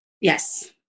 Yes